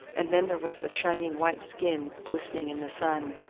and then there was the shining white skin glistening in the sun.